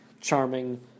charming